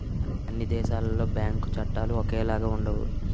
అన్ని దేశాలలో బ్యాంకు చట్టాలు ఒకేలాగా ఉండవు